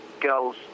girls